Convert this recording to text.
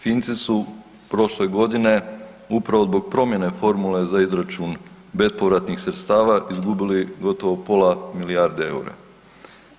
Finci su prošle godine upravo zbog promjene formula za izračun bespovratnih sredstva izgubili gotovo pola milijarde EUR-a.